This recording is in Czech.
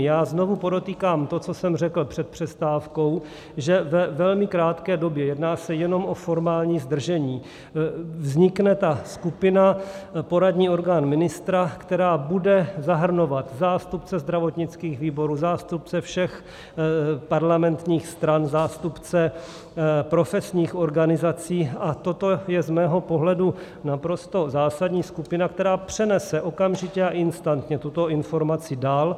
Já znovu podotýkám to, co jsem řekl před přestávkou, že ve velmi krátké době, jedná se jenom o formální zdržení, vznikne ta skupina, poradní orgán ministra, která bude zahrnovat zástupce zdravotnických výborů, zástupce všech parlamentních stran, zástupce profesních organizací, a toto je z mého pohledu naprosto zásadní, skupina, která přenese okamžitě a instantně tuto informaci dál.